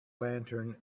lantern